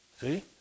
See